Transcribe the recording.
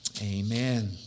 Amen